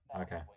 okay